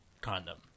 condom